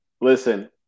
listen